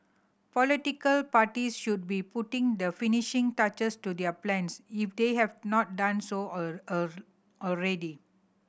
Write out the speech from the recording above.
political parties should be putting the finishing touches to their plans if they have not done so already